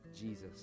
Jesus